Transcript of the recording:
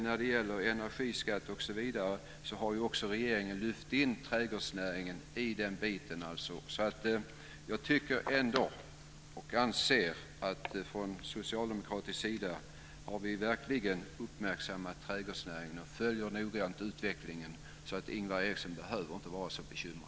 När det gäller energiskatt osv. har ju regeringen också tagit hänsyn till trädgårdsnäringen. Jag anser att vi från socialdemokratisk sida verkligen har uppmärksammat trädgårdsnäringen, och vi följer noggrant utvecklingen. Ingvar Eriksson behöver inte vara så bekymrad.